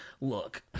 Look